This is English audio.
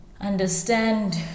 understand